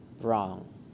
wrong